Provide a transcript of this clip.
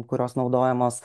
kurios naudojamos